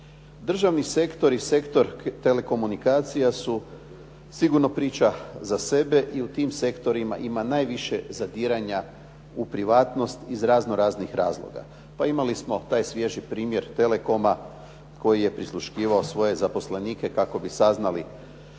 Državni sektor i sektor telekomunikacija su sigurno priča za sebe i u tim sektorima ima najviše zadiranja u privatnost iz raznoraznih razloga. Pa imali smo taj svježi primjer telecoma koji je prisluškivao svoje zaposlenike kako bi saznali